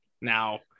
Now